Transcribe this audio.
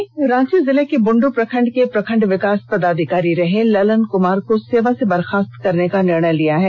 राज्य सरकार ने रांची जिले के बुंडू प्रखंड के प्रखंड विकास पदाधिकारी रहे ललन कुमार को सेवा से बर्खास्त करने का निर्णय लिया है